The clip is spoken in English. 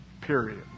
Period